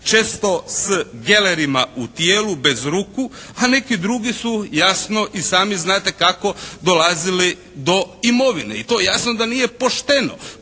često s gelerima u tijelu, bez ruku. A neki drugi su jasno i sami znate kako dolazili do imovine. I to jasno da nije pošteno.